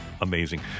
Amazing